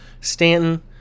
Stanton